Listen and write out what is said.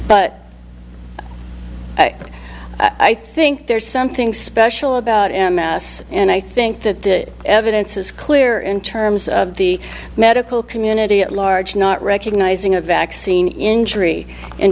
but i think there's something special about m s and i think that the evidence is clear in terms of the medical community at large not recognizing a vaccine injury and